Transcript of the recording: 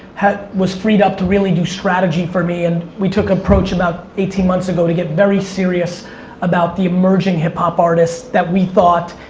was freed up to really do strategy for me and we took approach about eighteen months ago to get very serious about the emerging hip hop artists that we thought,